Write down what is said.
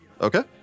okay